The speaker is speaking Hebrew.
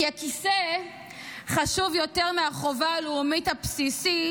כי הכיסא חשוב יותר מהחובה הלאומית הבסיסית